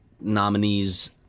nominees